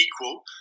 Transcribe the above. equal